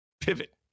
pivot